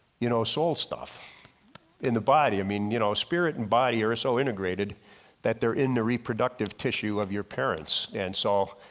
you know soul stuff in the body i mean you know spirit and body are so integrated that they're in the reproductive tissue of your parents. and so,